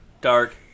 Dark